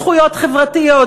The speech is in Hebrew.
זכויות חברתיות,